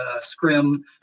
scrim